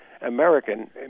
American